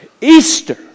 Easter